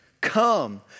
come